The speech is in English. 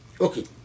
Okay